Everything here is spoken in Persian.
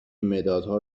مدادها